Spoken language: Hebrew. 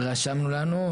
רשמנו לנו,